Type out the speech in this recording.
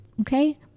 Okay